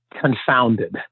confounded